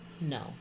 no